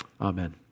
amen